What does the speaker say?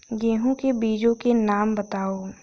गेहूँ के बीजों के नाम बताओ?